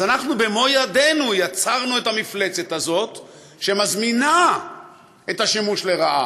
אז אנחנו במו-ידינו יצרנו את המפלצת הזאת שמזמינה את השימוש לרעה.